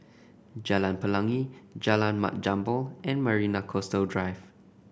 Jalan Pelangi Jalan Mat Jambol and Marina Coastal Drive